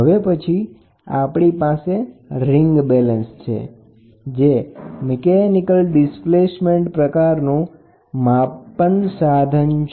હવે પછી આપણી પાસે રીંગ બેલેન્સ છે રીંગ બેલેન્સ મિકેનિકલ ડિસ્પ્લેસમેન્ટ પ્રકારનું પ્રેસર માપન સાધન છે